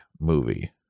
movie